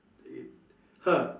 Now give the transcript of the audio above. her